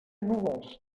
núvols